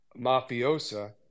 mafiosa